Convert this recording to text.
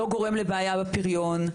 לא גורם לבעיה בפריון.